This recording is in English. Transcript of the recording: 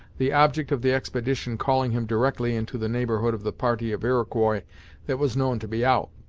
the object of the expedition calling him directly into the neighborhood of the party of iroquois that was known to be out,